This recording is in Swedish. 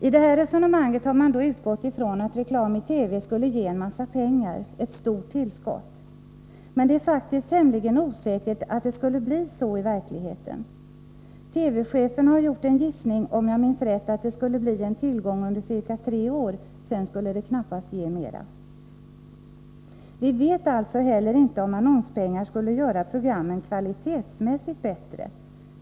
I det här resonemanget har man utgått från att reklam i TV skulle ge en massa pengar, ett stort tillskott. Men det är faktiskt tämligen osäkert om det skulle bli så i verkligheten. TV-chefen har gjort en gissning, om jag minns rätt, att det skulle bli en tillgång under ca tre år men att reklamen sedan knappast skulle ge mera. Vi vet inte heller om annonspengar skulle göra programmen kvalitetsmässigt bättre.